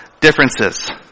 differences